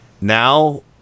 now